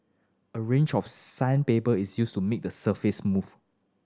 a range of sandpaper is used to make the surface smooth